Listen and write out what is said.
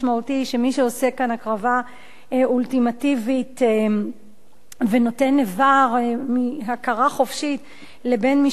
ומי שעושה כאן הקרבה אולטימטיבית ונותן איבר מהכרה חופשית לבן משפחה,